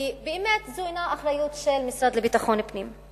כי זו באמת אינה אחריות של המשרד לביטחון פנים.